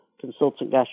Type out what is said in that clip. Consultant